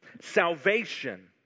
Salvation